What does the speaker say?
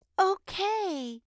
Okay